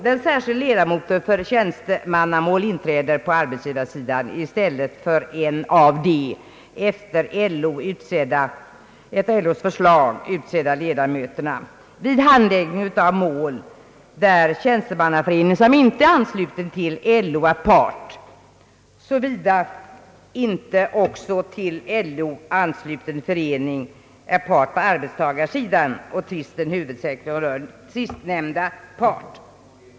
Den särskilde ledamoten för tjänstemannamål inträder på arbetstagarsidan i stället för en av de efter LO:s förslag utsedda ledamöterna vid handläggning av mål, vari tjänstemannaförening som inte är ansluten till LO är part, såvida inte också till LO ansluten förening är part på arbetstagarsidan och tvisten huvudsakligen berör sistnämnda part.